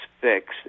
fixed